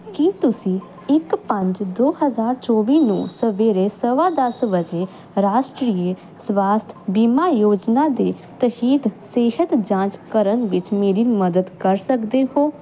ਕੀ ਤੁਸੀਂ ਇੱਕ ਪੰਜ ਦੋ ਹਜ਼ਾਰ ਚੌਵੀ ਨੂੰ ਸਵੇਰੇ ਸਵਾ ਦਸ ਵਜੇ ਰਾਸ਼ਟਰੀਯ ਸਵਾਸਥ ਬੀਮਾ ਯੋਜਨਾ ਦੇ ਤਹਿਤ ਸਿਹਤ ਜਾਂਚ ਕਰਨ ਵਿੱਚ ਮੇਰੀ ਮਦਦ ਕਰ ਸਕਦੇ ਹੋ